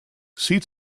seat